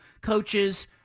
coaches